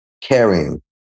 caring